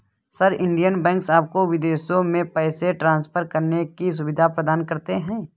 sir, Indian banks आपको विदेशों में पैसे ट्रान्सफर करने की सुविधा प्रदान करते हैं